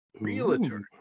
Realtor